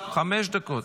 חמש דקות.